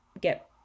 get